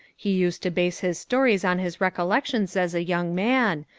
he used to base his stories on his recollections as a young man,